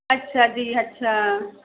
ਅੱਛਾ ਜੀ ਅੱਛਾ